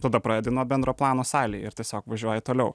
tada pradedi nuo bendro plano salėj ir tiesiog važiuoji toliau